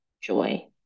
joy